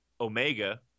Omega